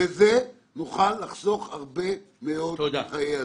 בזה נוכל לחסוך הרבה מאוד בחיי אדם.